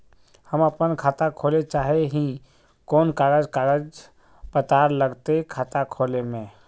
हम अपन खाता खोले चाहे ही कोन कागज कागज पत्तार लगते खाता खोले में?